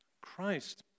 Christ